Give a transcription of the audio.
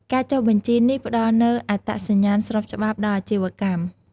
ការចុះបញ្ជីនេះផ្តល់នូវអត្តសញ្ញាណស្របច្បាប់ដល់អាជីវកម្ម។